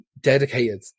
dedicated